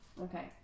Okay